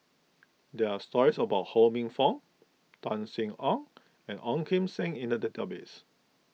there are stories about Ho Minfong Tan Sin Aun and Ong Kim Seng in the database